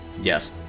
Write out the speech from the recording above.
Yes